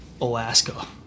Alaska